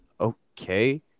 okay